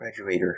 Graduator